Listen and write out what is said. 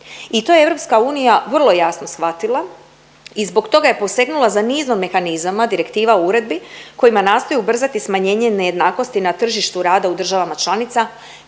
i to je EU vrlo jasno shvatila i zbog toga je posegnula za nizom mehanizama, direktiva, uredbi kojima nastoji ubrzati smanjenje nejednakosti na tržištu rada u državama članica